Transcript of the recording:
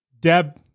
Deb